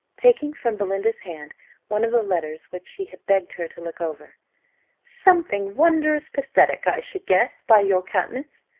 taking from belinda's hand one of the letters which she had begged her to look over something wondrous pathetic, i should guess, by your countenance.